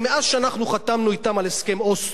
הרי מאז חתמנו אתם על הסכם אוסלו,